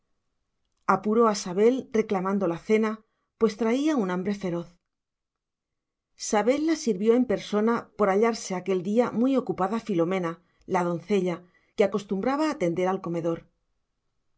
apuró a sabel reclamando la cena pues traía un hambre feroz sabel la sirvió en persona por hallarse aquel día muy ocupada filomena la doncella que acostumbraba atender al comedor